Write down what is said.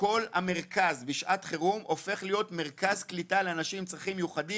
וכל המרכז בשעת חירום הופך להיות מרכז קליטה לאנשים עם צרכים מיוחדים.